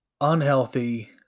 unhealthy